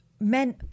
Men